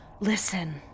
Listen